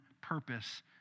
purpose